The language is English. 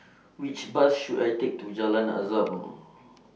Which Bus should I Take to Jalan Azam